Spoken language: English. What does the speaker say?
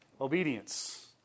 Obedience